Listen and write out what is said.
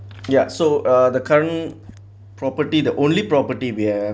ya so uh the current property the only property we have